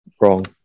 wrong